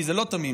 כי זה לא תמים,